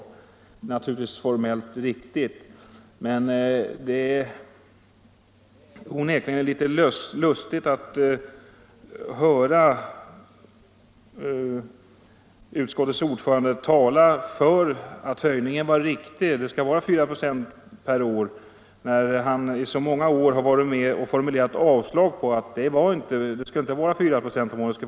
Det är naturligtvis formellt riktigt, men det är onekligen litet lustigt att höra utskottets ordförande tala för att höjningen är riktig — att den skall vara 4 96 per år — när han i så många år har varit med om att yrka avslag på kravet om 4 96 ökning per år och hävdat att ökningen skulle vara 3 96.